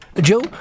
Joe